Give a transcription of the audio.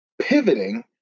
pivoting